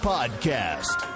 Podcast